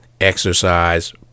exercise